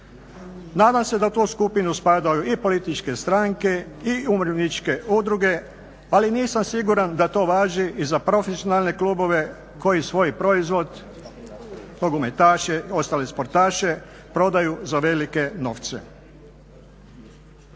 Nadam se da u tu skupinu spadaju i političke stranke i umirovljeničke udruge, ali nisam siguran da to važi i za profesionalne klubove koji svoj proizvod, nogometaše, ostale sportaše prodaju za velike novce.